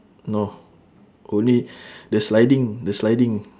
no only the sliding the sliding